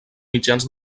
mitjans